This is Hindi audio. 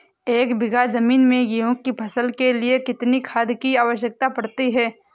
एक बीघा ज़मीन में गेहूँ की फसल के लिए कितनी खाद की आवश्यकता पड़ती है?